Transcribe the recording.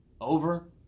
over